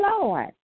Lord